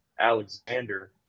alexander